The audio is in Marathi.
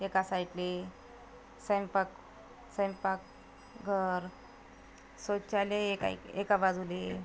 एका साईटला स्वैंपाक स्वैंपाकघर शौचालय एका एक एका बाजूला